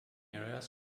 areas